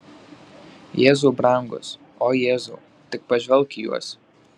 jėzau brangus o jėzau tik pažvelk į juos